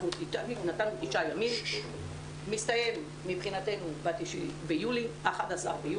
אנחנו נתנו 9 ימים שמסתיימים מבחינתנו ב-11.7.